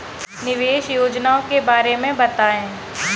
निवेश योजनाओं के बारे में बताएँ?